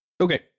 Okay